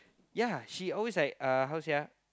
ya she always like uh how to say ah